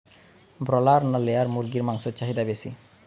Broiler না layer মুরগির মাংসর চাহিদা বেশি?